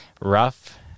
rough